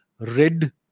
red